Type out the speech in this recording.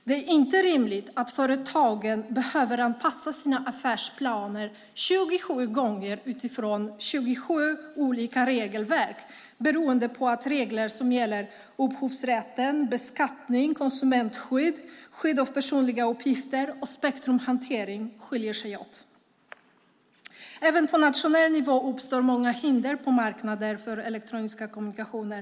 Det är inte rimligt att företagen behöver anpassa sina affärsplaner 27 gånger utifrån 27 olika regelverk beroende på att regler som gäller upphovsrätt, beskattning, konsumentskydd, skydd av personliga uppgifter och spektrumhantering skiljer sig åt. Även på nationell nivå uppstår många hinder på marknader för elektroniska kommunikationer.